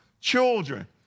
children